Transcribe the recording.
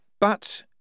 But